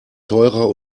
teurer